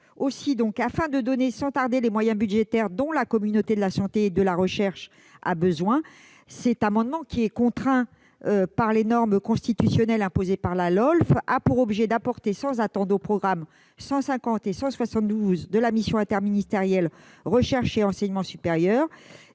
Aussi, afin de donner sans tarder les moyens budgétaires dont la communauté de la santé et de la recherche a besoin, cet amendement, contraint par les normes constitutionnelles imposées par la loi organique relative aux lois de finances (LOLF), a pour objet d'apporter sans attendre aux programmes 150 et 172 de la mission interministérielle « Recherche et enseignement supérieur